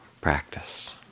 practice